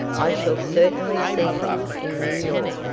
i shall certainly see him in new york.